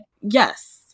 Yes